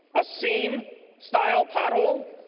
a seam style pothole.